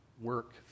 work